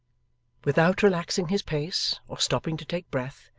without relaxing his pace, or stopping to take breath,